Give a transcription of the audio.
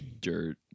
dirt